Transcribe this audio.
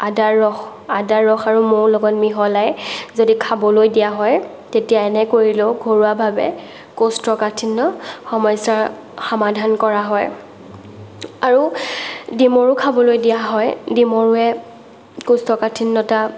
আদাৰ ৰস আদাৰ ৰস আৰু মৌ লগত মিহলাই যদি খাবলৈ দিয়া হয় তেতিয়া এনে কৰিলেও ঘৰুৱাভাৱে কৌষ্ঠকাঠিন্য সমস্যাৰ সমাধান কৰা হয় আৰু ডিমৰু খাবলৈ দিয়া হয় ডিমৰুৱে কৌষ্ঠকাঠিন্যতা